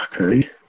okay